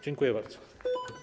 Dziękuję bardzo.